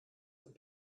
sind